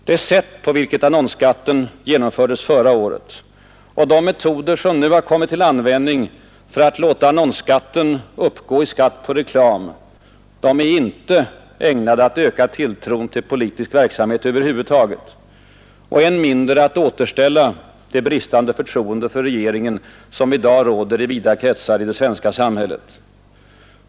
Det sätt på vilket annonsskatten genomfördes förra året och de metoder som nu har kommit till användning för att låta annonsskatten uppgå i skatt på reklam är inte ägnade att öka tilltron till politisk verksamhet över huvud taget, än mindre att återställa det bristande förtroende för regeringen som i dag råder inom vida kretsar av det svenska samhället.